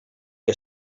què